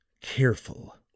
careful